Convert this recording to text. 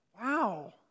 wow